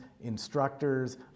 instructors